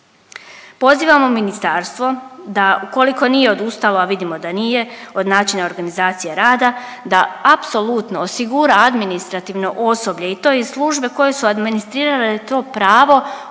Pozivamo ministarstvo da ukoliko nije odustalo, a vidimo da nije od načina organizacije rada, da apsolutno osigura administrativno osoblje i to iz službe koje su administrirale to pravo